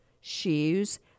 shoes